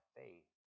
faith